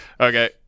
Okay